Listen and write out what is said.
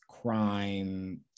crime